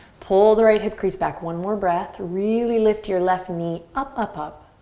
pull the right hip crease back. one more breath. really lift your left knee up, up, up.